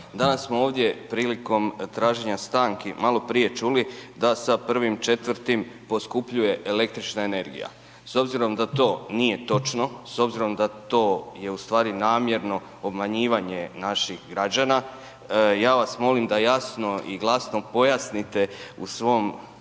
Danas smo ovdje prilikom traženja stanki, maloprije čuli, da sa 1.4. poskupljuje električna energije. S obzirom da to nije točno, s obzirom da to je ustvari namjerno obmanjivanje naših građana, ja vas molim, da jasno i glasno pojasnite u svom